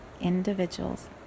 individuals